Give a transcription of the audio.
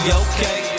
okay